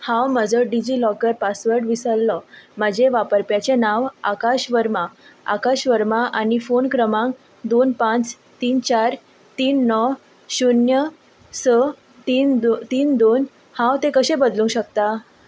हांव म्हजो DigiLocker password विसरलो म्हजें वापरप्याचें नांव आकाश वर्मा आकाश वर्मा आनी फोन क्रमांक दोन पांच तीन चार तीन णव शुन्य स तीन दो तीन दोन हांव तें कशें बदलूंक शकता